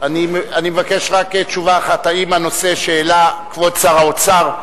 אני מבקש רק תשובה אחת: האם הנושא שהעלה כבוד שר האוצר,